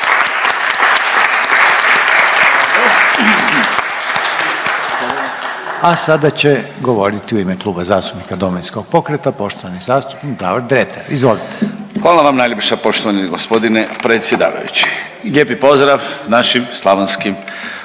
A sada će govoriti u ime Kluba zastupnika Domovinskog pokreta poštovani zastupnik Davor Dretar, izvolite. **Dretar, Davor (DP)** Hvala vam najljepša poštovani g. predsjedavajući i lijepi pozdrav našim slavonskim